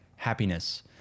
happiness